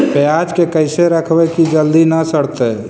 पयाज के कैसे रखबै कि जल्दी न सड़तै?